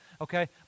okay